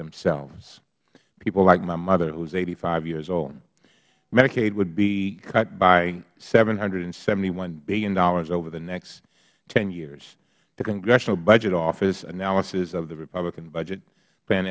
themselves people like my mother who is eighty five years old medicaid would be cut by seven hundred and seventy one dollars billion over the next ten years the congressional budget office's analysis of the republican budget